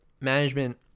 management